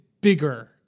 bigger